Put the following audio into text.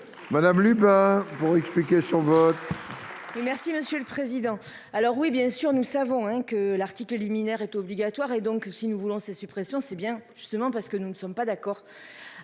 Madame par pour expliquer son vote. Merci monsieur le président. Alors oui bien sûr, nous savons que l'article liminaire est obligatoire et donc si nous voulons ces suppressions c'est bien justement parce que nous ne sommes pas d'accord.